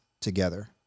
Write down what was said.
together